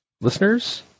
listeners